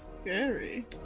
Scary